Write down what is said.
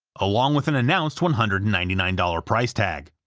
along with an announced one hundred and ninety nine dollars price tag.